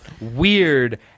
weird